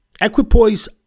Equipoise